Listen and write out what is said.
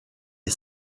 est